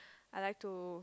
I like to